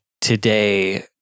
today